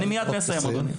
אני מיד מסיים, אדוני.